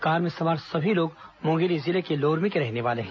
car में सवार सभी लोग मुंगेली जिले के लोरमी के रहने वाले है